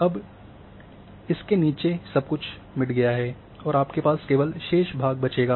अब इसके नीचे सब कुछ मिट गया है और आपके पास केवल शेष भाग बचेगा